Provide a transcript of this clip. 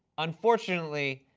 unfortunately,